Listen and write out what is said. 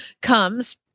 comes